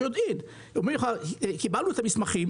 אומרים לך: קיבלנו את המסמכים.